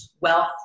wealth